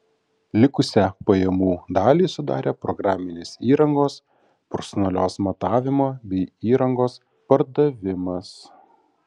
likusią pajamų dalį sudarė programinės įrangos profesionalios matavimo bei įrangos pardavimas